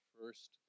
first